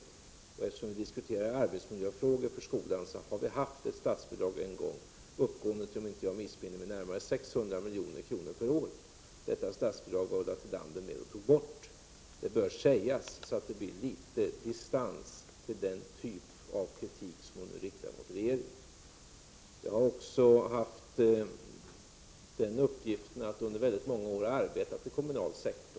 Eftersom vi nu diskuterar arbetsmiljöfrågor inom skolan, kan jag säga att vi faktiskt en gång haft ett statsbidrag uppgående, om jag inte missminner mig, till närmare 600 miljoner per år. Detta statsbidrag var Ulla Tillander med om att ta bort. Det bör sägas så att det blir litet distans till den kritik som hon nu riktar mot regeringen. Jag har under väldigt många år arbetat inom den kommunala sektorn.